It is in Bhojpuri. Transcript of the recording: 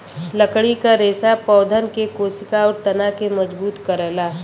लकड़ी क रेसा पौधन के कोसिका आउर तना के मजबूत करला